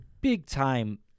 big-time